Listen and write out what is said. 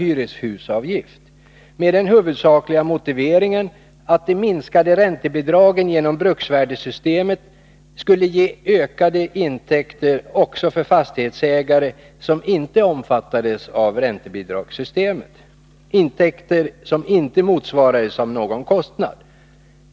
hyreshusavgift med den huvudsakliga motiveringen att de minskade räntebidragen genom bruksvärdesystemet skulle ge ökade intäkter också för fastighetsägare som inte omfattades av räntebidragssystemet, intäkter som inte motsvarades av någon kostnad.